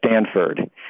Stanford